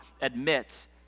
admits